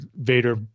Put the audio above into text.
Vader